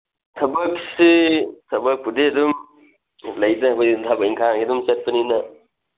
ꯊꯕꯛꯁꯤ ꯊꯕꯛꯄꯨꯗꯤ ꯑꯗꯨꯝ ꯂꯩꯗ ꯑꯩꯈꯣꯏꯗꯤ ꯊꯕꯛ ꯏꯟꯈꯥꯡ ꯑꯗꯨꯝ ꯆꯠꯄꯅꯤꯅ